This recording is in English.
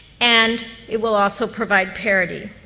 and it will also provide parity.